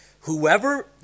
whoever